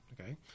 Okay